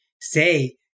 say